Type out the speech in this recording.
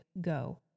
go